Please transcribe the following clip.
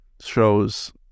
shows